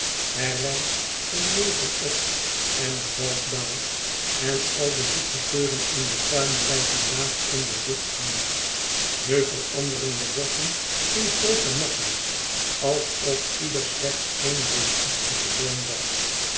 er rijst een nevel op en er valt dauw en al de zoete geuren in den tuin blijven laag in de lucht hangen nu veranderen de bosschen in groote massa's alsof ieder slechts één reusachtige boom was